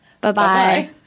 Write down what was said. Bye-bye